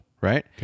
right